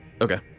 Okay